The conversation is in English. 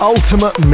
ultimate